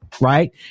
Right